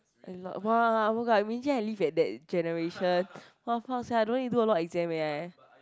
a lot !wah! oh-my-god imagine I live at that generation !wah! fuck sia I don't need do a lot exam eh